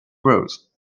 prose